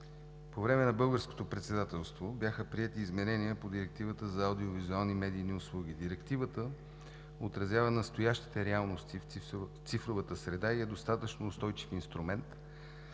по време на Българското председателство бяха приети изменения по Директивата за аудио-визуални медийни услуги. Директивата отразява настоящите реалности в цифровата среда и е достатъчно устойчив инструмент